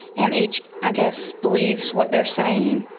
and each, i guess, believes what they're saying.